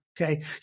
Okay